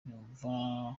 yumva